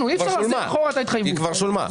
כבר שולמה.